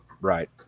Right